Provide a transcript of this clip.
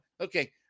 Okay